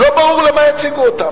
לא ברור למה הציגו אותם.